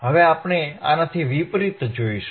હવે આપણે આનાથી વિપરીત કરીશું